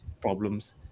problems